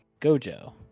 Gojo